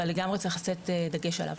אבל לגמרי צריך לתת דגש עליו.